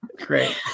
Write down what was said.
Great